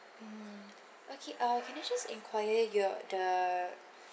mm okay uh can I just enquire your the